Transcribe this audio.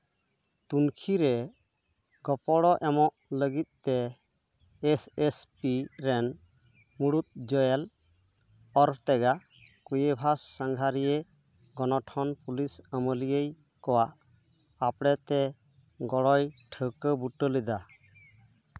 ᱛᱩᱱᱠᱷᱤ ᱨᱮ ᱜᱚᱯᱚᱲᱚ ᱮᱢᱚᱜ ᱞᱟᱹᱜᱤᱫᱛᱮ ᱮᱥ ᱮᱥ ᱯᱤ ᱨᱮᱱ ᱢᱩᱲᱩᱫ ᱡᱳᱭᱮᱞ ᱳᱨᱛᱮᱜᱟ ᱠᱚᱭᱮᱵᱷᱟᱥ ᱥᱟᱸᱜᱷᱟᱨᱤᱭᱟᱹ ᱜᱚᱱᱚᱴᱷᱚᱱ ᱯᱩᱞᱤᱥ ᱟᱹᱢᱟᱹᱞᱤᱭᱟᱹᱭ ᱠᱚᱣᱟᱜ ᱟᱯᱲᱮᱛᱮ ᱜᱚᱲᱚᱭ ᱴᱷᱟᱣᱠᱟᱹ ᱵᱩᱴᱟᱹ ᱞᱮᱫᱟ